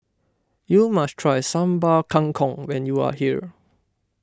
you must try Sambal Kangkong when you are here